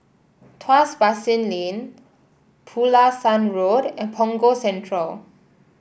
Tuas Basin Lane Pulasan Road and Punggol Central